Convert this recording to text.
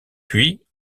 puis